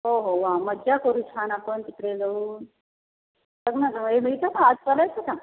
हो हो वा मज्जा करू छान आपण तिकडे जाऊन कर नं घाई मिळतं का आज चालायचं का